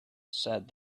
said